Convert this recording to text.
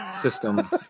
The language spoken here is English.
system